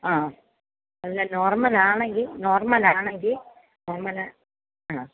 അ എല്ലാം നോർമലാണെങ്കിൽ നോർമലാണെങ്കിൽ നോർമലാണ് അ